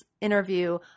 interview